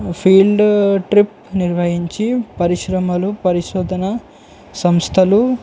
field trip నిర్వహించి పరిశ్రమలు పరిశోధన సంస్థలు